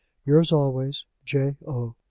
yours always, j. o.